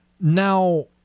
Now